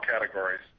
categories